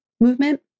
movement